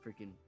freaking